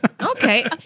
Okay